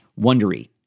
Wondery